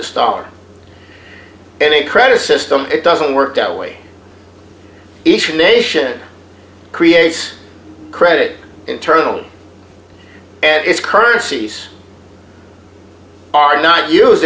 to start any credit system it doesn't work that way each nation creates credit internal and it's currencies are not use